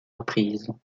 reprises